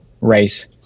race